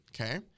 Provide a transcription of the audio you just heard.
okay